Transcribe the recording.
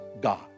God